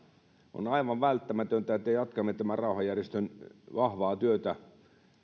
on aivan välttämätöntä että jatkamme tämän rauhanjärjestön vahvaa työtä